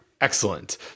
Excellent